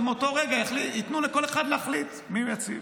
אבל מאותו רגע ייתנו לכל אחד להחליט מי מציב.